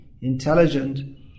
intelligent